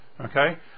Okay